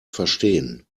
verstehen